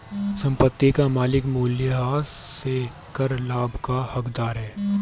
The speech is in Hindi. संपत्ति का मालिक मूल्यह्रास से कर लाभ का हकदार है